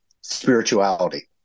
spirituality